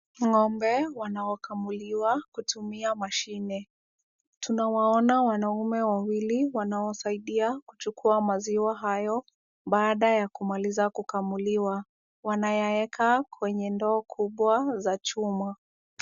Ng'ombe wanaokamuliwa kutumia mashine. Tunawaona wanaume wawili wanaosaidia kuchukua maziwa hayo, baada ya kumaliza kukamuliwa. Wanayayeka kwenye ndoo kubwa za chuma.